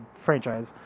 franchise